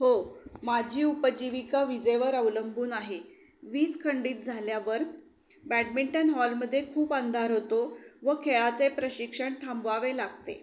हो माझी उपजीविका विजेवर अवलंबून आहे वीज खंडित झाल्यावर बॅडमिंटन हॉलमधे खूप अंधार होतो व खेळाचे प्रशिक्षण थांबवावे लागते